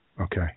Okay